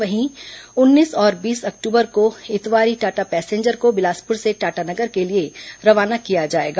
वहीं उन्नीस और बीस अक्टूबर को इतवारी टाटा पैसेंजर को बिलासपुर से टाटानगर के लिए रवाना की जाएगी